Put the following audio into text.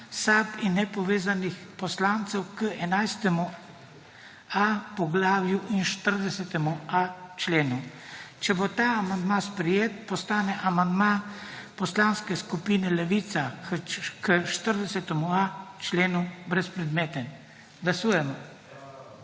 SAB in Nepovezanih poslancev k 11.a poglavju in 40.a členu. Če bo ta amandma sprejet, postane amandma Poslanske skupine Levica k 40.a členu brezpredmeten. Glasujemo.